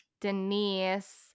Denise